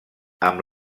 amb